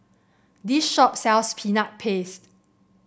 this shop sells Peanut Paste